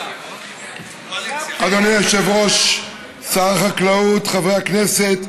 אדוני היושב-ראש, שר החקלאות, חברי הכנסת,